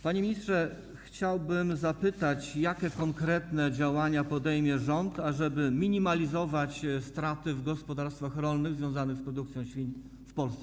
Panie ministrze, chciałbym zapytać, jakie konkretne działania podejmie rząd, ażeby minimalizować straty w gospodarstwach rolnych związanych z produkcją świń w Polsce.